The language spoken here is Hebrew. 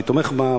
אני תומך בה,